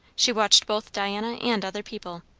she watched both diana and other people,